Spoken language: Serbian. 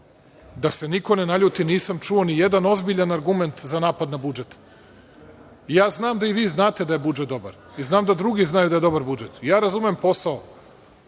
Da se niko ne naljuti, nisam čuo nijedan ozbiljan argument za napad na budžet. Ja znam da i vi znate da je budžet dobar. I znam da drugi znaju da je dobar budžet. Razumem posao